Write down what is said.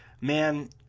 Man